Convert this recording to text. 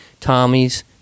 tommys